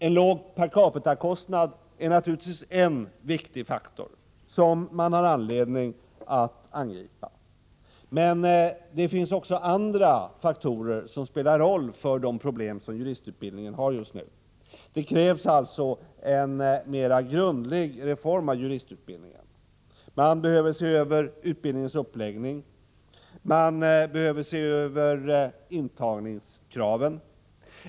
En låg per capita-kostnad är naturligtvis en viktig faktor som man har anledning att angripa. Men det finns också andra faktorer som spelar roll för de problem som juristutbildningen just nu har. Det krävs alltså en mer grundlig reform av juristutbildningen. Man behöver se över utbildningens uppläggning, man behöver se över intagningskraven.